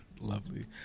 Lovely